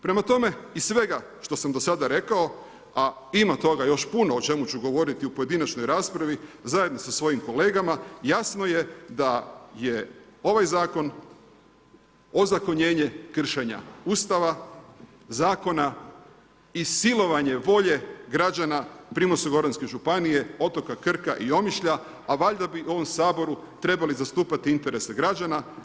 Prema tome iz svega što sam do sada rekao, a ima toga još puno o čemu ću govoriti u pojedinačnoj raspravi zajedno sa svojim kolegama, jasno je da je ovaj zakon ozakonjenje kršenja Ustava, zakona i silovanje volje građana Primorsko-goranske županije, otoka Krka i Omišlja, a valjda bi u ovom Saboru trebali zastupati interese građana.